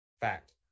Fact